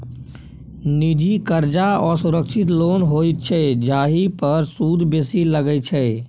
निजी करजा असुरक्षित लोन होइत छै जाहि पर सुद बेसी लगै छै